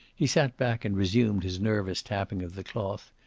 he sat back and resumed his nervous tapping of the cloth,